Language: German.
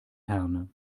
herne